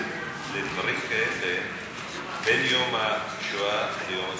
הכנסת לדברים כאלה בין יום השואה ליום הזיכרון,